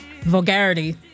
vulgarity